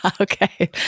Okay